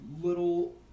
little